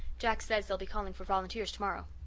jack says they'll be calling for volunteers tomorrow.